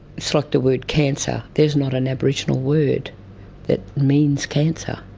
it's like the word cancer, there is not an aboriginal word that means cancer,